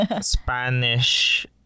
Spanish